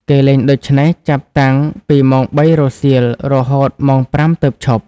គេលេងដូច្នេះ ចាប់តាំងពីម៉ោងបីរសៀលរហូតម៉ោង ៥ ទើបឈប់ ។